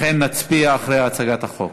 לכן נצביע אחרי הצגתו.